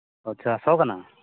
ᱟᱪᱪᱷᱟ ᱥᱚ ᱠᱟᱱᱟ